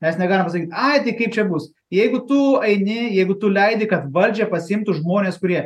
mes negalim pasakyt ai tai kaip čia bus jeigu tu eini jeigu tu leidi kad valdžią pasiimtų žmonės kurie